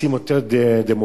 רוצים יותר דמוקרטיה,